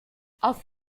auf